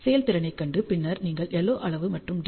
செயல்திறனைக் கண்டு பின்னர் நீங்கள் LO அளவு மற்றும் டி